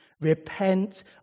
Repent